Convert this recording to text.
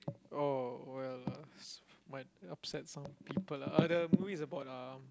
oh well uh might upset some people ah uh the movie is about uh